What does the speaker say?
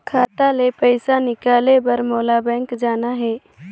खाता ले पइसा निकाले बर मोला बैंक जाना हे?